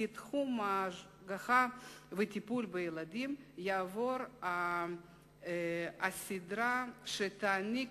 כי תחום ההשגחה והטיפול בילדים יעבור הסדרה שתעניק